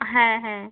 হ্যাঁ হ্যাঁ